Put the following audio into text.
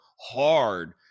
hard